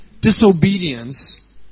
disobedience